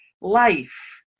life